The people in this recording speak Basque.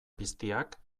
piztiak